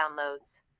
downloads